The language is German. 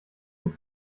der